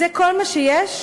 זה כל מה שיש,